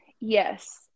Yes